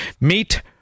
Meet